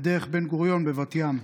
בדרך בן-גוריון בבת ים.